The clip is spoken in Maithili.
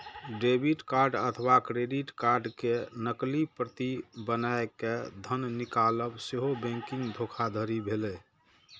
डेबिट कार्ड अथवा क्रेडिट कार्ड के नकली प्रति बनाय कें धन निकालब सेहो बैंकिंग धोखाधड़ी भेलै